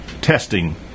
testing